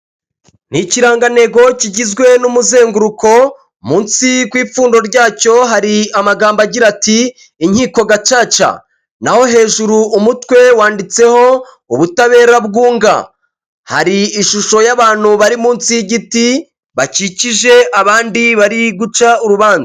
Ikirangantego kigizwe n'umuzenguruko mu nsi ku ipfundo ryacyo hari amagambo agira ati" inkiko gacaca" naho hejuru umutwe wanditseho ubutabera bwunga. Hari ishusho y'abantu bari mu nsi y'igiti bakikije abandi bari guca urubanza.